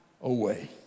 away